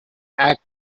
act